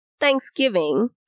Thanksgiving